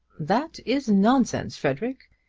that is nonsense, frederic.